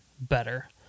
better